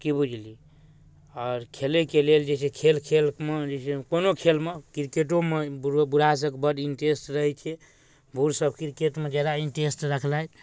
कि बुझलिए आओर खेलैके लेल जे छै से खेल खेलमे जे छै से कोनो खेलमे किरकेटोमे बुढ़हासभके बड्ड इन्टरेस्ट रहै छै बूढ़सभ किरकेटमे जादा इन्टरेस्ट रखलथि